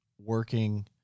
working